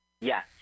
Yes